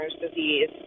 disease